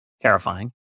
terrifying